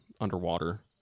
underwater